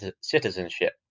citizenship